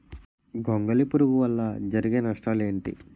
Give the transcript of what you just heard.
గొంగళి పురుగు వల్ల జరిగే నష్టాలేంటి?